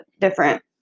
different